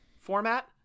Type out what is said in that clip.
format